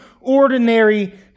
ordinary